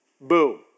Boom